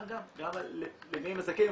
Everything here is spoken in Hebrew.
גם, גם, גם מי הזכאים.